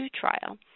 trial